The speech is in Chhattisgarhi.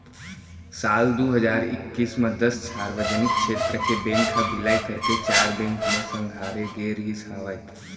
साल दू हजार एक्कीस म दस सार्वजनिक छेत्र के बेंक ह बिलय करके चार बेंक म संघारे गे रिहिस हवय